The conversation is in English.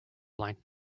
line